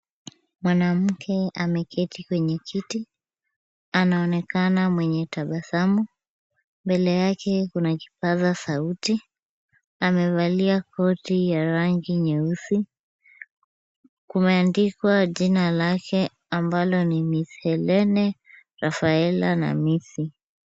Mwanamke ameketi kwenye kiti. Anaonekana mwenye tabasamu. Mbele yake kuna kipaza sauti. Amevalia koti ya rangi nyeusi. Kumeandikwa jina lake ambalo ni Ms. Helene Rafaela Namisi.